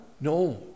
No